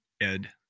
ed